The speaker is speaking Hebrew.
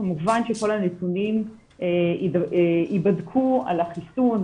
וכמובן שכל הנתונים ייבדקו על החיסון,